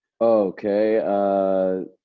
Okay